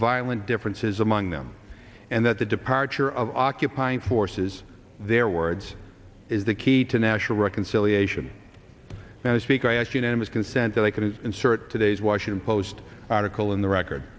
violent differences among them and that the departure of occupying forces their words is the key to national reconciliation and i speak i ask unanimous consent that i could insert today's washington post article in the record